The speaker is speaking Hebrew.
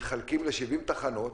שמתחלקים ל-70 תחנות,